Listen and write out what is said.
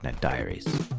Diaries